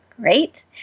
Great